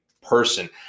person